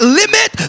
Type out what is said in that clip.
limit